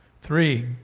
Three